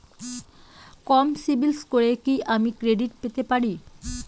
কম সিবিল স্কোরে কি আমি ক্রেডিট পেতে পারি?